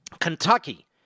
Kentucky